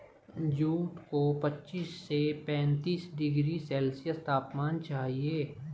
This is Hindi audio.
जूट को पच्चीस से पैंतीस डिग्री सेल्सियस तापमान चाहिए